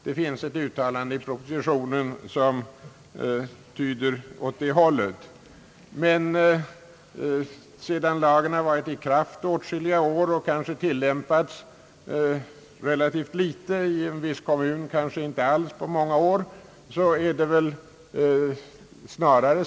Det finns uttalande i propositionen som syftar därpå. Men sedan lagen har varit i kraft åtskilliga år och kanske tilllämpats i relativt ringa utsträckning — i vissa kommuner kanske inte alls under många år — får man väl snarare Ang.